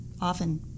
often